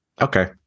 Okay